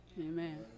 Amen